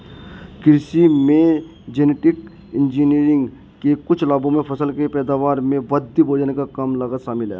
कृषि में genetic engineering के कुछ लाभों में फसल की पैदावार में वृद्धि, भोजन की कम लागत शामिल हैं